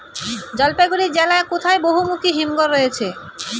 জলপাইগুড়ি জেলায় কোথায় বহুমুখী হিমঘর রয়েছে?